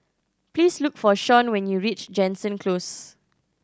please look for Sean when you reach Jansen Close